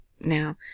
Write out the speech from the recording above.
Now